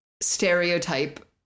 stereotype